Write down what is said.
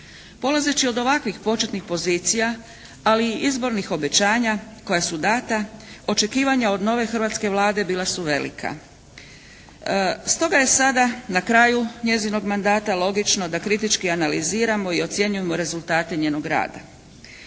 Polazeći od ovakvih početnih pozicija ali i izbornih obećanja koja su dana, očekivanja od nove hrvatske Vlade bila su velika. Stoga je sada na kraju njezinog mandata logično da kritički analiziramo i ocjenjujemo rezultate njenog rada.